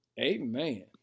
Amen